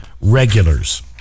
regulars